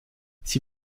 sie